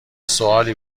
سوالی